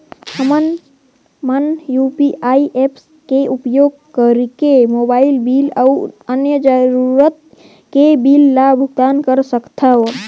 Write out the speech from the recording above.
हमन मन UPI apps के उपयोग करिके मोबाइल बिल अऊ अन्य जरूरत के बिल ल भुगतान कर सकथन